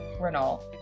Renault